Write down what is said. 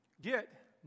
get